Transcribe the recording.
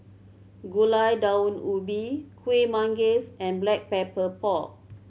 Gulai Daun Ubi Kuih Manggis and Black Pepper Pork